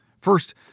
First